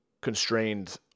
constrained